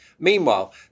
Meanwhile